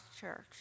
church